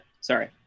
Sorry